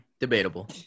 Debatable